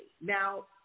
Now